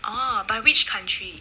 orh by which country